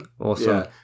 Awesome